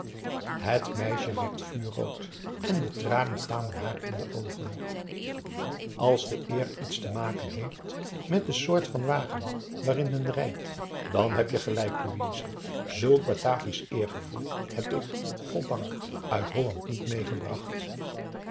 het meisje werd vuurrood en de tranen kwamen haar in de oogen als de eer iets te maken heeft met de soort van wagen waarin men rijdt dan heb je gelijk louise zulk bataviasch eergevoel heb ik goddank uit holland niet meegebracht